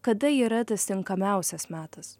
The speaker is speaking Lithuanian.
kada yra tas tinkamiausias metas